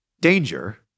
danger